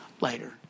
later